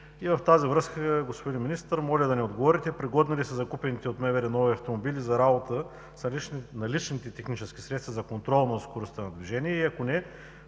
И в тази връзка, господин Министър, моля да ми отговорите пригодни ли са закупените от МВР нови автомобили за работа с наличните технически средства за контрол на скоростта на движение и ако не,